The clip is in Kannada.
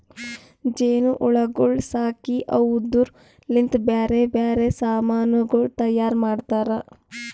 ಜೇನು ಹುಳಗೊಳ್ ಸಾಕಿ ಅವುದುರ್ ಲಿಂತ್ ಬ್ಯಾರೆ ಬ್ಯಾರೆ ಸಮಾನಗೊಳ್ ತೈಯಾರ್ ಮಾಡ್ತಾರ